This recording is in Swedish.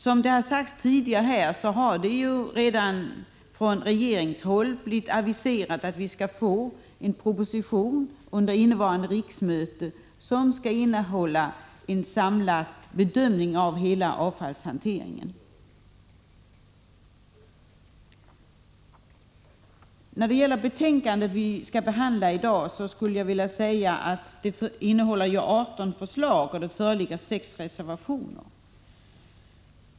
Som tidigare här sagts har redan under innevarande riksmöte från regeringshåll aviserats en proposition, som skall innehålla en samlad bedömning av hela avfallshanteringen. Det betänkande vi i dag behandlar innehåller 18 förslag, och det föreligger sex reservationer.